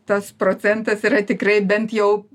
tas procentas yra tikrai bent jau